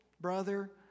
brother